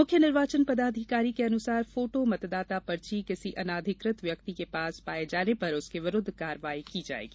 मुख्य निर्वाचन पदाधिकारी के अनुसार फोटो मतदाता पर्ची किसी अनाधिकृत व्यक्ति के पास पाये जाने पर उसके विरूद्ध कार्यवाही की जायेगी